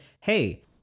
Hey